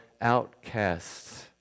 outcasts